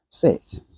fit